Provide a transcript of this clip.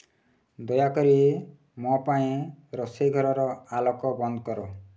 ଦୟାକରି ମୋ ପାଇଁ ରୋଷେଇ ଘରର ଆଲୋକ ବନ୍ଦ କର